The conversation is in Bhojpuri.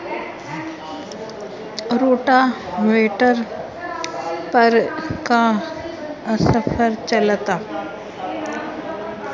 रोटावेटर पर का आफर चलता?